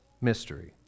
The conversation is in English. mystery